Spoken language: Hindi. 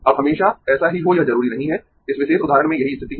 अब हमेशा ऐसा ही हो यह जरूरी नहीं है इस विशेष उदाहरण में यही स्थिति है